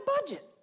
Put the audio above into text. budget